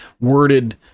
worded